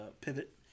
Pivot